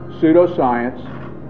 pseudoscience